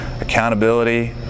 accountability